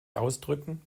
ausdrücken